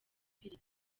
filimi